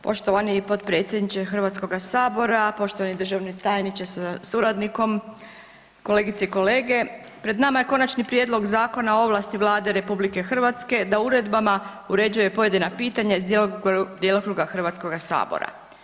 Poštovani potpredsjedniče Hrvatskoga sabora, poštovani državni tajniče sa suradnikom, kolegice i kolege pred nama je Konačni prijedlog Zakona o ovlasti Vlade RH da uredbama uređuje pojedina pitanja iz djelokruga Hrvatskoga sabora.